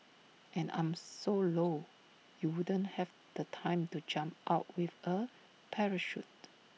and I'm so low you wouldn't have the time to jump out with A parachute